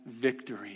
victory